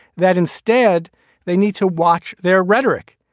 that instead they need to watch their rhetoric.